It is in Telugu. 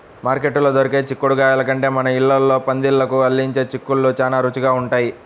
మార్కెట్లో దొరికే చిక్కుడుగాయల కంటే మన ఇళ్ళల్లో పందిళ్ళకు అల్లించే చిక్కుళ్ళు చానా రుచిగా ఉంటయ్